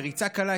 בריצה קלה,